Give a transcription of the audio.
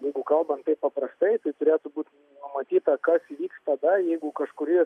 jeigu kalbant taip paprastai tai turėtų būti numatyta kas įvyks tada jeigu kažkuri